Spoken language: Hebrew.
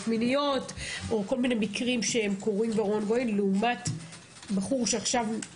מיניות או כל מיני מקרים שקורים בשוטף לעומת בחור שהתייחסו אליו